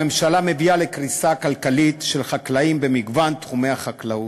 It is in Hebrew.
הממשלה מביאה לקריסה כלכלית של חקלאים במגוון תחומי החקלאות,